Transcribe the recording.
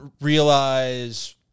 realize